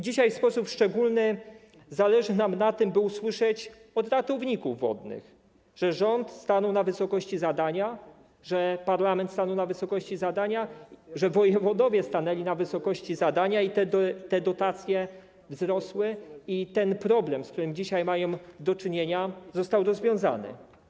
Dzisiaj w sposób szczególny zależy nam na tym, by usłyszeć od ratowników wodnych, że rząd stanął na wysokości zadania, że parlament stanął na wysokości zadania, że wojewodowie stanęli na wysokości zadania i te dotacje wzrosły i ten problem, z którym dzisiaj mają do czynienia, został rozwiązany.